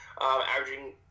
averaging